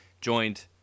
joined